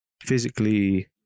physically